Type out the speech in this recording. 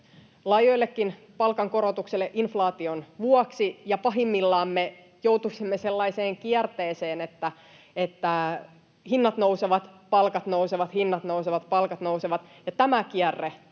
laajoillekin palkankorotuksille inflaation vuoksi ja että pahimmillaan me joutuisimme sellaiseen kierteeseen, että hinnat nousevat, palkat nousevat, hinnat nousevat, palkat nousevat, ja tätä kierrettä